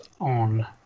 on